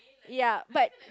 ya but